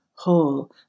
Whole